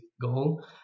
goal